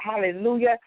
Hallelujah